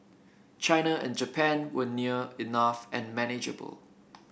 China and Japan were near enough and manageable